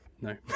no